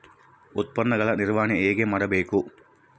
ಉತ್ಪನ್ನಗಳ ನಿರ್ವಹಣೆ ಹೇಗೆ ಮಾಡಬೇಕು?